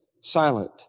silent